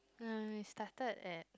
uh we started at